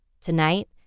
Tonight